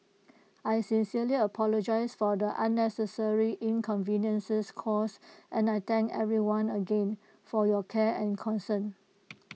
I sincerely apologise for the unnecessary inconveniences caused and I thank everyone again for your care and concern